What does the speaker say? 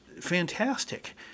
fantastic